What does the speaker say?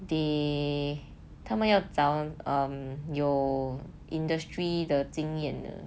they 他们要找 um 有 industry 的经验